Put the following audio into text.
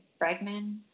Bregman